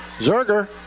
Zerger